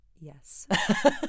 yes